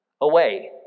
away